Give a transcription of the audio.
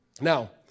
Now